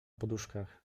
poduszkach